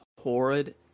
horrid